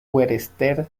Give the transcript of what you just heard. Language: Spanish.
western